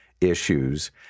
issues